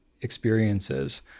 experiences